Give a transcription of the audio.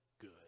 good